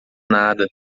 nada